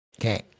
Okay